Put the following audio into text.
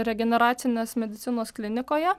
regeneracinės medicinos klinikoje